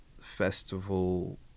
festival